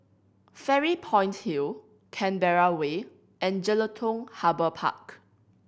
Fairy Point Hill Canberra Way and Jelutung Harbour Park